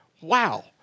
wow